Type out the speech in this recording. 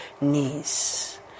knees